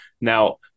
now